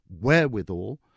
wherewithal